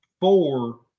four